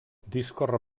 discorre